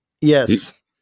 Yes